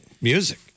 music